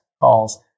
calls